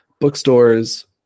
bookstores